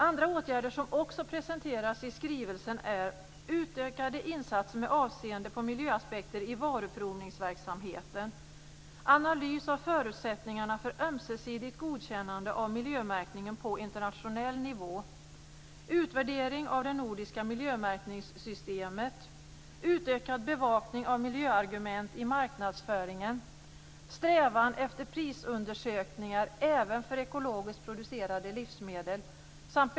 Andra åtgärder som också presenteras i skrivelsen är: Strävan efter prisundersökningar även för ekologiskt producerade livsmedel.